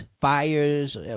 fires